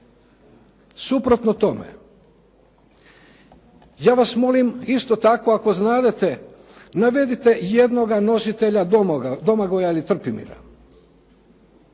Suprotno tome. Ja vas molim isto tako ako znadete, navedite jednoga nositelja Domagoja ili Trpimira,